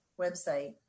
website